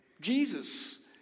Jesus